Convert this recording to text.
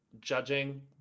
judging